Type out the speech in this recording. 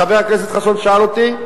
חבר הכנסת חסון שאל אותי,